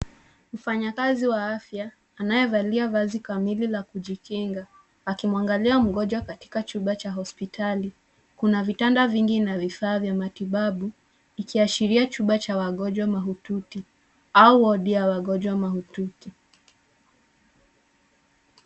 Mfanyakazi wa afya anayevalia vazi kamili la kujikinga akimwangalia mgojwa katika chumba cha hospitali. Kuna vitanda vingi na vifaa vya matibabu ikiashiria chumba cha wagonjwa mahututi au wodi ya wagonjwa mahututi.